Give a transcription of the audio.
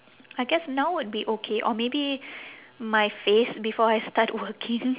I guess now would be okay or maybe my face before I start working